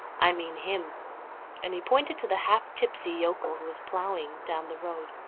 i mean him and he pointed to the half tipsy yokel who was ploughing, down the road.